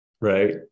right